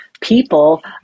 people